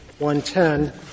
110